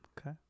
Okay